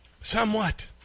Somewhat